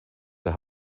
der